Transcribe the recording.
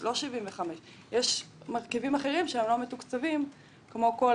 לא 75%. יש מרכיבים אחרים שהם לא מתוקצבים כמו כל